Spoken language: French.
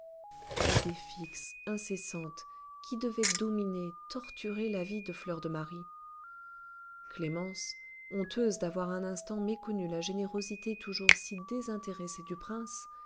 idée fixe incessante qui devait dominer torturer la vie de fleur de marie clémence honteuse d'avoir un instant méconnu la générosité toujours si désintéressée du prince